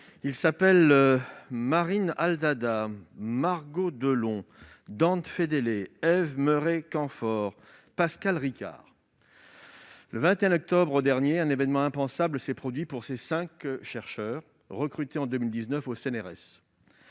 Ils s'appellent Marine Al Dahdah, Margot Delon, Dante Fedele, Ève Meuret-Campfort et Pascale Ricard. Le 21 octobre dernier, un événement impensable s'est produit pour ces cinq chercheurs recrutés en 2019 au CNRS.